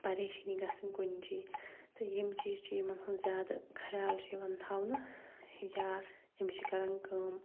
پَریشٲنی گَژھٕنۍ کُنہِ جایہِ تہٕ یِم چیٖز چھِ یِمَن زیادٕ خَیال چھُ یِوان تھاونہٕ یا أمس چھِ کَران کٲم